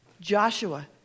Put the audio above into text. Joshua